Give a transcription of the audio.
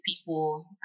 people